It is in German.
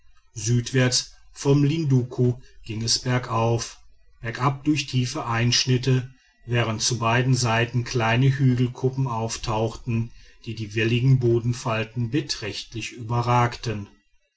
südwärts vom linduku ging es bergauf bergab durch tiefe einschnitte während zu beiden seiten kleine hügelkuppen auftauchten die die welligen bodenfalten beträchtlich überragten